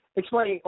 explain